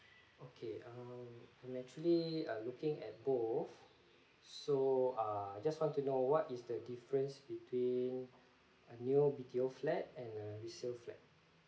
okay um I'm actually uh looking at both so ah I just want to know what is the difference between a new B_T_O flat and a resale flat